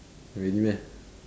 really meh